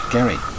Gary